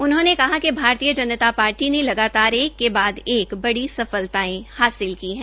उन्होंने कहा कि भारतीय जनता पार्टी ने लगातार एक के बाद एक बड़ी सफलतायें हासिल की है